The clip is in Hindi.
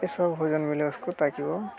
ये सब भोजन मिले उसको ताकि वो